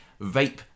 vape